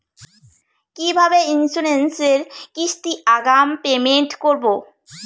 কিভাবে ইন্সুরেন্স এর কিস্তি আগাম পেমেন্ট করবো?